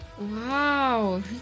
Wow